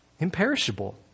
Imperishable